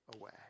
away